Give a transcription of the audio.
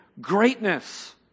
greatness